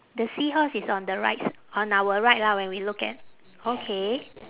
the seahorse is on the right s~ on our right lah when we look at okay